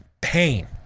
pain